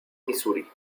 misuri